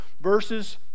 verses